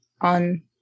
on